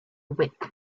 wick